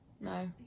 no